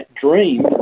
dream